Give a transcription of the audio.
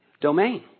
domain